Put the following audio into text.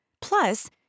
Plus